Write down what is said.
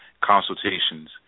consultations